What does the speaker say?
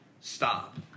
Stop